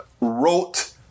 wrote